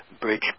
bridge